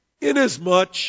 Inasmuch